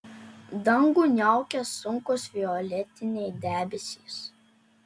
dangų niaukė sunkūs violetiniai debesys